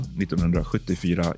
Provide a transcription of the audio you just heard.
1974